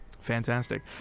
fantastic